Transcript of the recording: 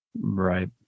Right